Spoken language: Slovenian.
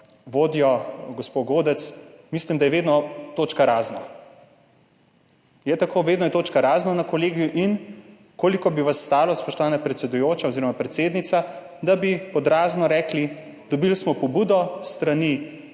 vodjo, gospo Godec, mislim, da je vedno točka razno. Je tako? Vedno je na Kolegiju točka razno. Koliko bi vas stalo, spoštovana predsedujoča oziroma predsednica, da bi pod razno rekli, dobili smo pobudo s strani